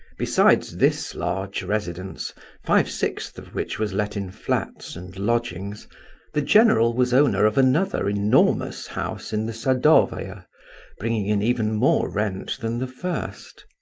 besides this large residence five-sixths of which was let in flats and lodgings the general was owner of another enormous house in the sadovaya bringing in even more rent than the first.